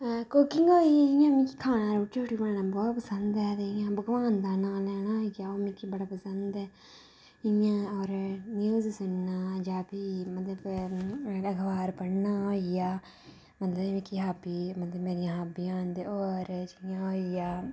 हां कुकिंग होई जि'यां मिगी खाना बनाना पसंद ऐ ते भगोआन दा नां लैना होई गेआ ओह् मिगी बड़ा पसंद ऐ ते इ'यां जां भी में तुसें गी सनांऽ भी मतलब कि अखबार पढ़ना होई गेआ मतलब जेह्की हाब्बी मेरियां हाब्बियां होई गेइयां मतलब होर जि'यां होई गेआ